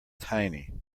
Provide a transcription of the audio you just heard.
tiny